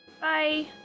Bye